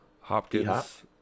Hopkins